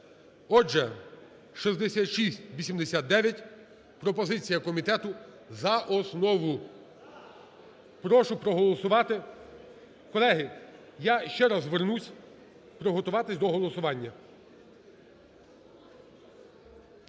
Отже, 6689 пропозиція комітету за основу. Прошу проголосувати. Колеги, я ще раз повернуся, приготуватися до голосування.